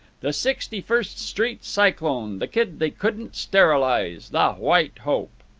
the sixty-first street cyclone! the kid they couldn't sterilize! the white hope!